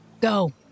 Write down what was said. Go